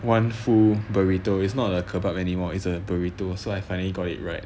one full burrito is not a kebab anymore it's a burrito so I finally got it right